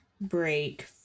break